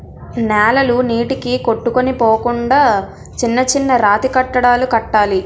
నేలలు నీటికి కొట్టుకొని పోకుండా చిన్న చిన్న రాతికట్టడాలు కట్టాలి